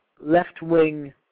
left-wing